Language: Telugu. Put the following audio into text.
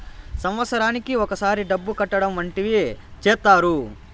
సంవత్సరానికి ఒకసారి డబ్బు కట్టడం వంటివి చేత్తారు